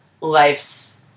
life's